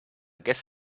guess